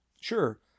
sure